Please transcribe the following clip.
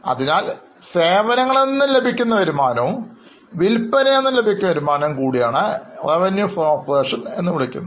അതിനാൽ സേവനങ്ങളിൽ നിന്നും ലഭിക്കുന്ന വരുമാനവും വിൽപനയിൽ നിന്നും ലഭിക്കുന്ന വരുമാനവും കൂടിയാണ് Revenue from operation എന്ന് പറയുന്നത്